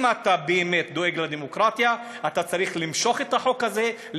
אם אתה באמת דואג לדמוקרטיה אתה צריך למשוך את החוק הזה,